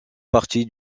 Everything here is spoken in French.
partie